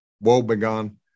woebegone